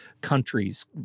countries